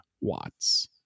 Watts